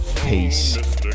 Peace